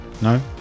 No